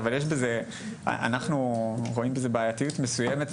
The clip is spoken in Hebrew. אנחנו רואים בזה בעייתיות מסוימת.